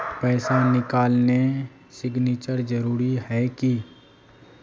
पैसा निकालने सिग्नेचर जरुरी है की?